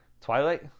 Twilight